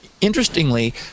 Interestingly